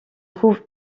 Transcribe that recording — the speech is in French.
trouve